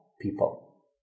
people